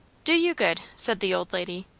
do you good, said the old lady.